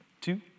two